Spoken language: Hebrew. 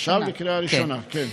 עכשיו בקריאה ראשונה, כן.